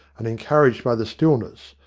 and encouraged by the stillness,